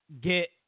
get